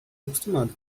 acostumado